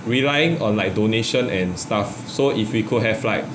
relying on like donation and stuff so if we could have like